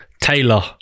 Taylor